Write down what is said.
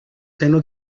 seno